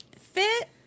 fit